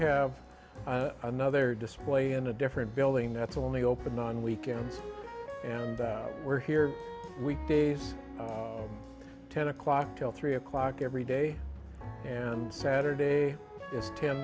have another display in a different building that's only open on weekends and we're here weekdays ten o'clock till three o'clock every day and saturday